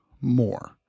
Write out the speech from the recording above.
more